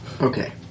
Okay